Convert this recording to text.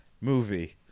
movie